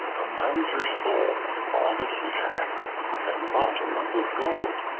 a miser sold all that he had and bought a lump of gold,